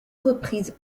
reprises